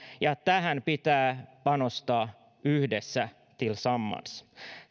ja tähän pitää panostaa yhdessä tillsammans